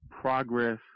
progress